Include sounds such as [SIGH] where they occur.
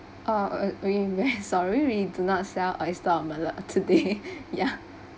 uh we we're sorry [LAUGHS] we do not sell oyster omelette today [LAUGHS] ya